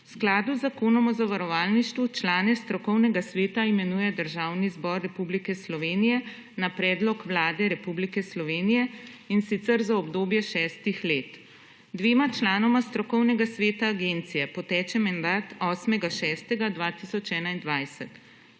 V skladu z Zakonom o zavarovalništvu člane strokovnega sveta imenuje Državni zbor Republike Slovenije na predlog Vlade Republike Slovenije, in sicer z obdobje 6 let. Dvema članoma strokovnega sveta agencije poteče mandat 8. 6. 2021.